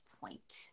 point